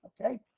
Okay